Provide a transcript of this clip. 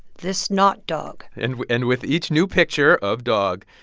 this not dog and with and with each new picture of dog,